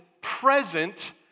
present